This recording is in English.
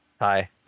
Hi